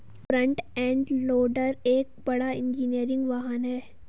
front end loader एक बड़ा engineering वाहन है